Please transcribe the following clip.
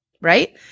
right